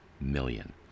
million